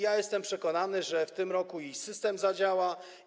Jestem przekonany, że w tym roku system zadziała.